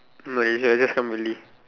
Malaysia I just come early